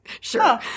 sure